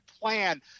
plan